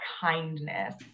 kindness